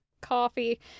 coffee